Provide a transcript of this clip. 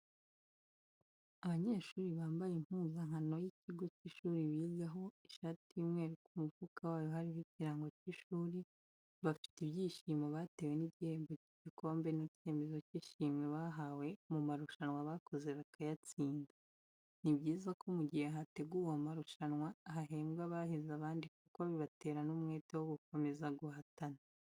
Abanyeshuri bambaye impuzankano y'ikigo cy'ishuri bigaho ishati y'umweru ku mufuka wayo hariho ikirango cy'ishuri, bafite ibyishimo batewe n'igihembo cy'igikombe n'icyemezo cy'ishimwe bahawe mu marushanwa bakoze bakayatsinda. Ni byiza ko mu gihe hateguwe amarushanwa hahembwa abahize abandi kuko bibatera n'umwete wo gukomeza guhatana.